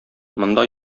монда